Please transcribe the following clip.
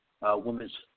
women's